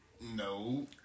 No